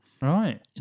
Right